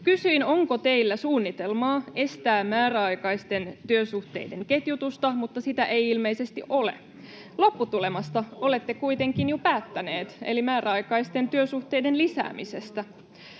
Kysyin, onko teillä suunnitelmaa estää määräaikaisten työsuhteiden ketjutusta, mutta sitä ei ilmeisesti ole. [Perussuomalaisten ryhmästä: On, se sanottiin äsken!] Lopputulemasta olette kuitenkin jo päättäneet eli määräaikaisten työsuhteiden lisäämisestä.